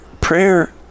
prayer